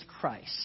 Christ